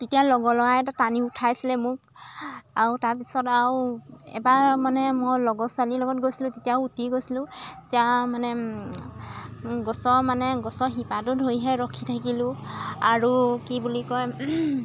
তেতিয়া লগৰ ল'ৰাই এটা টানি উঠাইছিলে মোক আৰু তাৰপিছত আৰু এবাৰ মানে মই লগৰ ছোৱালীৰ লগত গৈছিলোঁ তেতিয়াও উটি গৈছিলোঁ এতিয়া মানে গছৰ মানে গছৰ শিপাটো ধৰিহে ৰখি থাকিলোঁ আৰু কি বুলি কয়